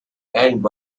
and